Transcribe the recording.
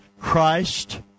Christ